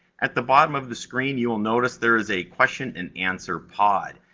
at the bottom of the screen, you will notice there is a question and answer pod.